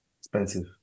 expensive